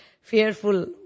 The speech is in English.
fearful